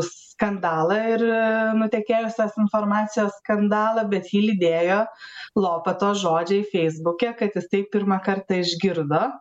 skandalą ir nutekėjusios informacijos skandalą bet jį lydėjo lopatos žodžiai feisbuke kad jisai pirmą kartą išgirdo